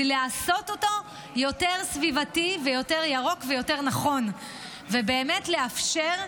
ולעשות אותו יותר סביבתי ויותר ירוק ויותר נכון ובאמת לאפשר.